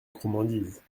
gourmandise